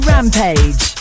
Rampage